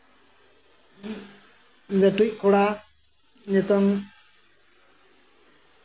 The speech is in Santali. ᱞᱟᱹᱴᱩᱭᱤᱡ ᱠᱚᱲᱟ ᱱᱤᱛᱚᱝ